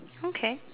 okay